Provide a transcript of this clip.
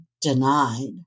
denied